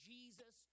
Jesus